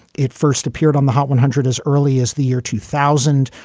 it first appeared on the hot one hundred as early as the year two thousand.